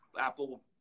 apple